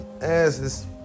asses